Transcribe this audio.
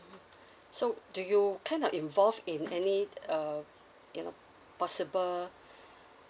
so do you kind of involved in any uh you know possible